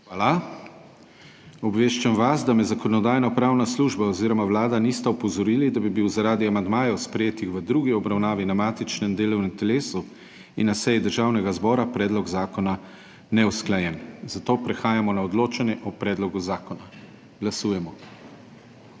Hvala. Obveščam vas, da me Zakonodajno-pravna služba oziroma Vlada nista opozorili, da bi bil zaradi amandmajev, sprejetih v drugi obravnavi na matičnem delovnem telesu in na seji Državnega zbora, predlog zakona neusklajen, zato prehajamo na odločanje o predlogu zakona. Glasujemo.